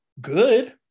good